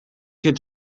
could